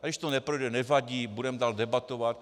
A když to neprojde, nevadí, budeme dál debatovat.